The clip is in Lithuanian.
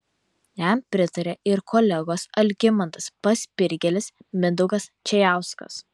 jam pritarė ir kolegos algimantas paspirgėlis mindaugas čėjauskas